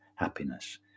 happiness